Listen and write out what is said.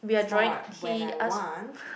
it's more like when I want